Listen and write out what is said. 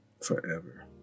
forever